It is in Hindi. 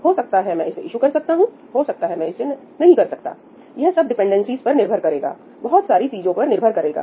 हो सकता है मैं इसे ईशु कर सकता हूं हो सकता है मैं इसे नहीं कर सकता हूं यह सब डिपेंडेंसीज पर निर्भर करेगा बहुत सारी चीजों पर निर्भर करेगा